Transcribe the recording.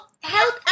health